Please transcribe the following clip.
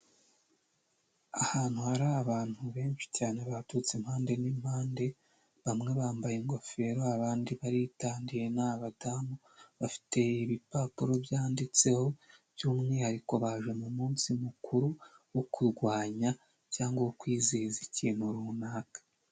Ahantu hari abantu benshi cyane baturutse impande n'impande, bamwe bambaye ingofero abandi baritandiye ni abadamu bafite ibipapuro byanditseho by'umwihariko baje mu munsi mukuru wo kurwanya cyangwa kwizihiza ikintu runaka.